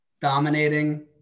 dominating